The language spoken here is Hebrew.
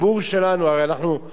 הרי אנחנו חשים את זה,